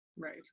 Right